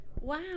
Wow